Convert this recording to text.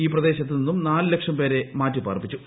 ഈ പ്രദേശത്ത് നിന്നൂർ നാല് ലക്ഷം പേരെ മാറ്റി പാർപ്പിച്ചു